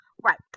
Right